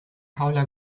paula